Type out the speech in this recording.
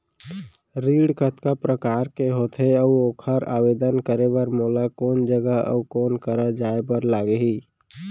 ऋण कतका प्रकार के होथे अऊ ओखर आवेदन करे बर मोला कोन जगह अऊ कोन करा जाए बर लागही?